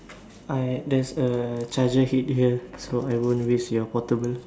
I there's a charger head here so I won't waste your portable